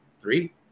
three